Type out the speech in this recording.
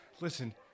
Listen